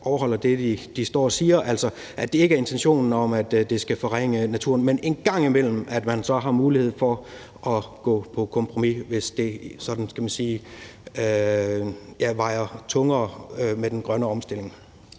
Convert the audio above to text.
overholder det, de står og siger, altså at det ikke er intentionen, at det skal forringe naturen. Men en gang imellem må man så gå på kompromis, hvis det sådan, kan man sige, vejer tungere med den grønne omstilling.